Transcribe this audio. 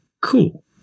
cool